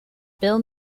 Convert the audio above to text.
bill